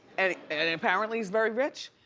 and and apparently he's very rich,